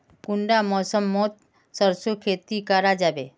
कुंडा मौसम मोत सरसों खेती करा जाबे?